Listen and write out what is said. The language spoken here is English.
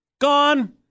Gone